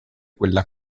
quella